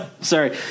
Sorry